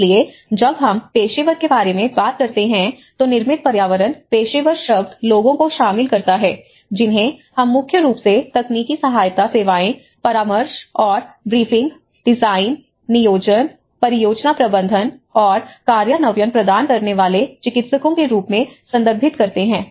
इसलिए जब हम पेशेवर के बारे में बात करते हैं तो निर्मित पर्यावरण पेशेवर शब्द लोगों को शामिल करता है जिन्हें हम मुख्य रूप से तकनीकी सहायता सेवाएं परामर्श और ब्रीफिंग डिजाइन नियोजन परियोजना प्रबंधन और कार्यान्वयन प्रदान करने वाले चिकित्सकों के रूप में संदर्भित करते हैं